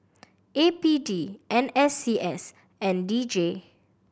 A P D N S C S and D J